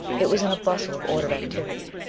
it was in a bustle of ordered activity.